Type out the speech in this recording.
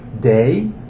day